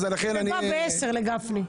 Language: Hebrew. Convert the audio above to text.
אתה בא בעשר לגפני.